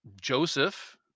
Joseph